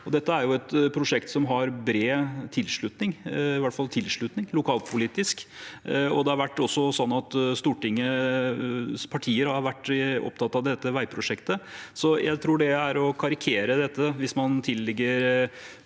Dette er et prosjekt som har bred tilslutning, i hvert fall tilslutning lokalpolitisk. Det har også vært sånn at Stortingets partier har vært opptatt av dette veiprosjektet. Så jeg tror det er å karikere dette hvis man tillegger